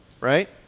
right